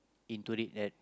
into it right